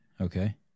Okay